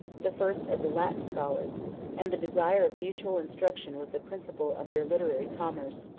the first of the latin scholars and the desire of mutual instruction was the principle of their literary commerce.